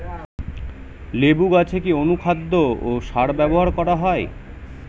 লেবু গাছে কি অনুখাদ্য ও সার ব্যবহার করা হয়?